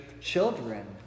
children